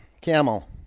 Camel